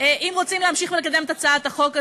שאם רוצים להמשיך ולקדם את הצעת החוק הזאת,